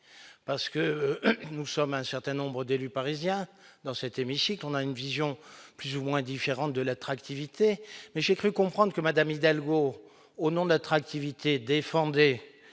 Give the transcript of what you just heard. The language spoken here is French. parce que nous sommes un certain nombres d'élus parisiens dans cet hémicycle, on a une vision plus ou moins différente de l'attractivité, mais j'ai cru comprendre que Madame Hidalgo au nom de l'attractivité défendait